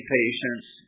patients